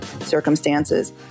circumstances